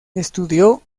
estudió